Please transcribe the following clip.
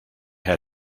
had